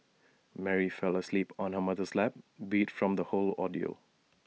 Mary fell asleep on her mother's lap beat from the whole ordeal